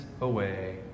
away